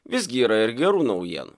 visgi yra ir gerų naujienų